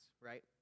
right